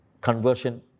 conversion